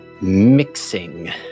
mixing